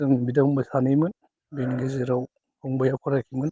जों बिदा फंबाय सानैमोन बिनि गेजेराव फंबाया फरायदोंमोन